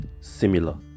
similar